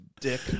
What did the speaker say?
Dick